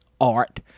art